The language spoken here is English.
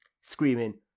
screaming